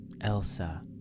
Elsa